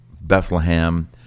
Bethlehem